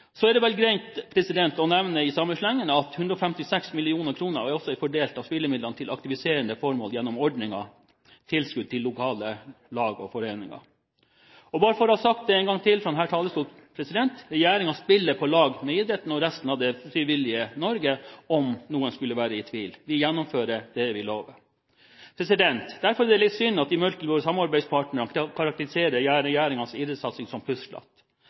er det vel greit å nevne at 156 mill. kr av spillemidlene også er fordelt til aktiviserende formål gjennom ordningen med tilskudd til lokale lag og foreninger. Bare for å ha sagt det en gang til fra denne talerstolen: Regjeringen spiller på lag med idretten og resten av det frivillige Norge – om noen skulle være i tvil. Vi gjennomfører det vi lover. Derfor er det litt synd at de mørkeblå samarbeidspartnerne karakteriserer regjeringens idrettssatsing som